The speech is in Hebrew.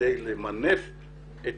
כדי למנף את